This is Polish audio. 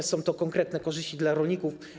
Są to konkretne korzyści dla rolników.